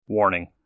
Warning